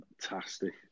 Fantastic